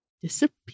disappear